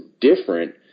different